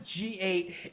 G8